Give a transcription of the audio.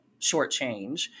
shortchange